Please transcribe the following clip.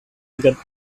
got